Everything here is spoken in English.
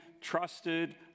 trusted